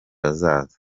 hazaza